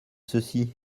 ceci